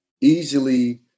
easily